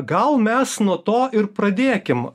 gal mes nuo to ir pradėkim